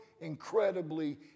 incredibly